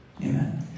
amen